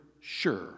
sure